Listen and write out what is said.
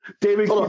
David